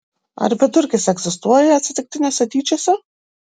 ar vidurkis egzistuoja atsitiktiniuose dydžiuose